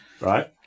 Right